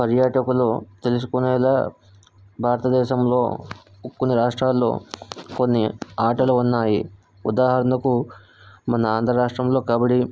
పర్యాటకులు తెలుసుకునేలా భారతదేశంలో కొన్ని రాష్ట్రాల్లో కొన్ని ఆటలు ఉన్నాయి ఉదాహరణకు మన ఆంధ్ర రాష్ట్రంలో కబడ్డీ